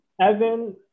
Evan